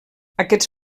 aquests